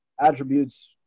attributes